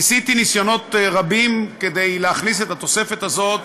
עשיתי ניסיונות רבים להכניס את התוספת הזאת,